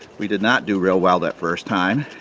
we did not do real well that first time